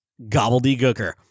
gobbledygooker